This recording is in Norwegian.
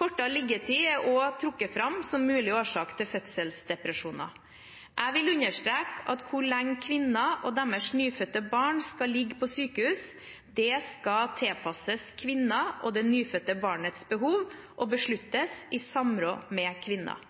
Kortere liggetid er også trukket fram som mulig årsak til fødselsdepresjoner. Jeg vil understreke at hvor lenge kvinner og deres nyfødte barn skal ligge på sykehus, skal tilpasses kvinnens og det nyfødte barnets behov og besluttes i samråd med